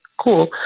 cool